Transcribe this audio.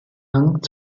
hang